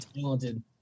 talented